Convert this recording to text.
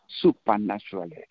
Supernaturally